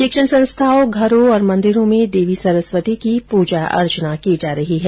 शिक्षण संस्थाओं घरों और मंन्दिरों में देवी सरस्वती की पूजा अर्चना की जा रही है